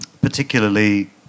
particularly